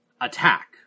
attack